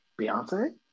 Beyonce